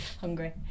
hungry